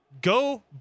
Go